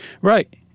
Right